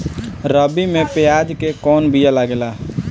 रबी में प्याज के कौन बीया लागेला?